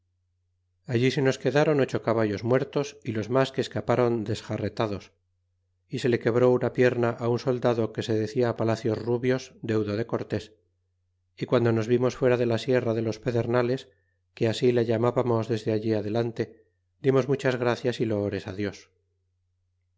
allí se nos quedron ocho caballos muertos y los mas que escaparon dexarre lados y se le quebró una pierna á un soldado que se decia palacios rubios deudo de cortés y guando nos vimos fuera de la sierra de los pedernales que así la llamábamos desde allí adelante dimos muchas gracias y loores á dios